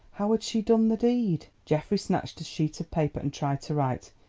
how had she done the deed! geoffrey snatched a sheet of paper and tried to write.